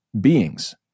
beings